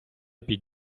під